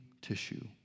tissue